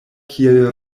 kiel